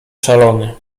szalony